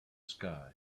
sky